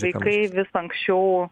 vaikai vis anksčiau